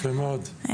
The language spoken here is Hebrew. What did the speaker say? תודה רבה לך